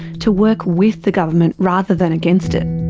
to work with the government rather than against it.